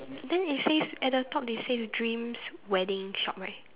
then it says at the top they say dreams wedding shop right